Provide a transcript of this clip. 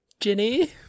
Jenny